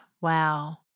Wow